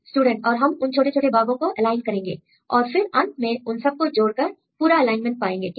student और हम उन छोटे छोटे भागों को एलाइन करेंगे Refer Time 1806 और फिर अंत में उन सब को जोड़कर पूरा एलाइनमेंट पाएंगे ठीक